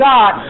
God